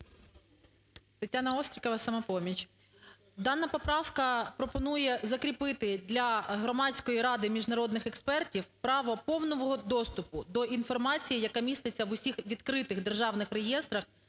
Тетяна Острікова, "Самопоміч". Дана поправка пропонує закріпити для Громадської ради міжнародних експертів право повного доступу до інформації, яка міститься в усіх відкритих державних реєстрах